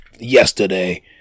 yesterday